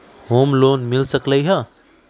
Home loan मिल सकलइ ह?